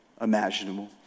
imaginable